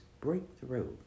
breakthrough